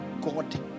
God